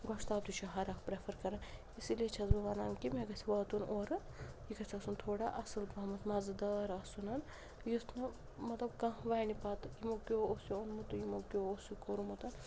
گۄشتاب تہِ چھُ ہر اکھ پرٛیٚفَر کَران اسی لیے چھیٚس بہٕ وَنان کہِ مےٚ گَژھہِ واتُن اورٕ یہِ گژھہِ آسُن تھوڑا اصٕل پَہمَتھ مَزٕدار آسُن یُتھ نہٕ مطلب کانٛہہ وَنہِ پَتہٕ یِمو کیٛاہ اوس یہِ اوٚنمُت تہٕ یِمو کیٛاہ اوس یہِ کوٚرمُت